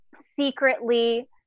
secretly